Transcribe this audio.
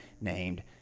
named